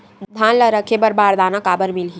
धान ल रखे बर बारदाना काबर मिलही?